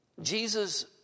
Jesus